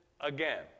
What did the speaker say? again